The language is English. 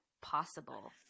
possible